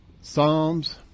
Psalms